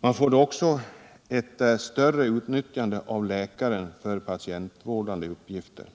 Man får då också ett bättre utnyttjande av läkaren för patientvårdande uppgifter.